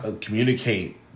communicate